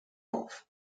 off